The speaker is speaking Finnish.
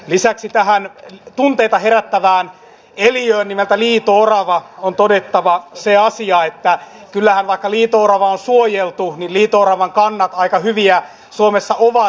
lisäksi tästä tunteita herättävästä eliöstä nimeltä liito orava on todettava se asia että vaikka liito orava on suojeltu niin kyllähän liito oravan kannat aika hyviä suomessa ovat